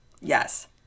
Yes